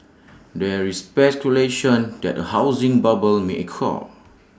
there is speculation that A housing bubble may occur